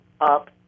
up